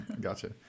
gotcha